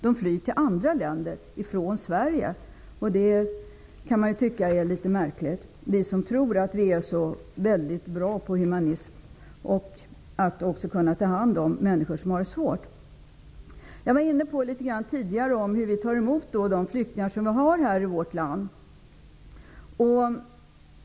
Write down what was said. De flyr till andra länder från Sverige. Det kan man tycka är litet märkligt -- vi som tror att vi är så väldigt bra på humanismen och på att ta hand om de människor som har det svårt. Jag var inne på hur vi tar emot de flyktingar som kommer till vårt land.